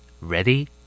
Ready